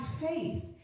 faith